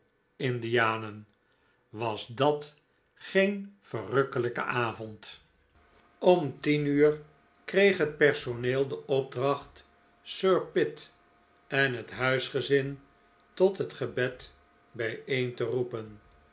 indianen was dat geen verrukkelijke avond om tien uur kreeg het personeel de opdracht sir pitt en het huisgezin tot het gebed bijeen te roepen